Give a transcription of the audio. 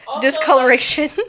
discoloration